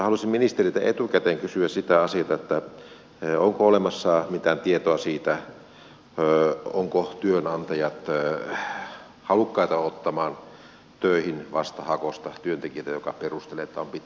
haluaisin ministeriltä etukäteen kysyä sitä asiaa että onko olemassa mitään tietoa siitä ovatko työnantajat halukkaita ottamaan töihin vastahakoista työntekijää joka perustelee että on pitkät matkat töihin